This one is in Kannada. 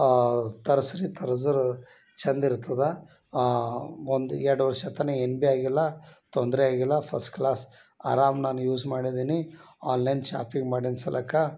ತರಿಸ್ರಿ ತರಿಸಿದ್ರೆ ಚಂದಿರ್ತದೆ ಒಂದು ಎರಡು ವರ್ಷ ತನಕ ಏನು ಭಿ ಆಗಿಲ್ಲ ತೊಂದರೆ ಆಗಿಲ್ಲ ಫಸ್ಟ್ ಕ್ಲಾಸ್ ಆರಾಮ ನಾನು ಯೂಸ್ ಮಾಡಿದ್ದೀನಿ ಆನ್ಲೈನ್ ಶಾಪಿಂಗ್ ಮಾಡೀನಿ ಸಲ್ಲೇಕ